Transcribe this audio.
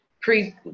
pre